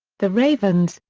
the ravens,